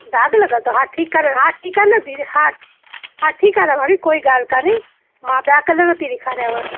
दाग़ु लॻियल अथव हा ठीकु आहे हा ठीकु आहे न दीदी हा हा ठीकु आहे न भाभी कोई ॻाल्हि काने मां ॿिया कलर थी ॾेखारियांव